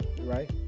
right